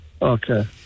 Okay